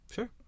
Sure